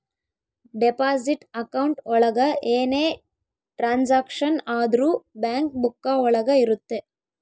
deposit account ಒಳಗ ಏನೇ transaction ಆದ್ರೂ ಬ್ಯಾಂಕ್ ಬುಕ್ಕ ಒಳಗ ಇರುತ್ತೆ